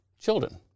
children